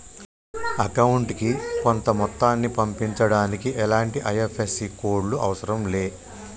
అకౌంటుకి కొంత మొత్తాన్ని పంపించడానికి ఎలాంటి ఐ.ఎఫ్.ఎస్.సి కోడ్ లు అవసరం లే